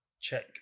check